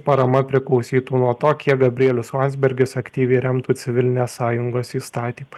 parama priklausytų nuo to kiek gabrielius landsbergis aktyviai remtų civilinės sąjungos įstatymą